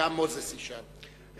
וגם מוזס ישאל.